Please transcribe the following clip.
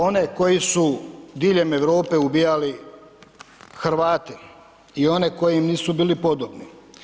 One koji su diljem Europe uvijali Hrvate i one koji im nisu bili podobni.